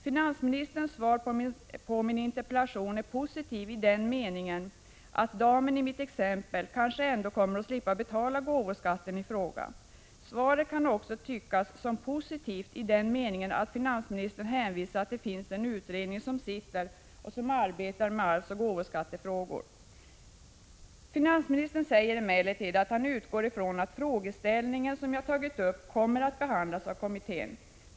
Finansministerns svar på min interpellation är positivt i den bemärkelsen att damen i mitt exempel kanske ändå kommer att slippa betala gåvoskatt. Svaret kan också tydas som positivt i den meningen att finansministern hänvisar till att det finns en utredning som arbetar med arvsoch gåvoskattefrågor. Finansministern säger emellertid att han utgår ifrån att den frågeställning som jag tagit upp kommer att behandlas av den ifrågavarande kommittén.